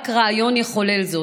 רק רעיון יחולל זאת".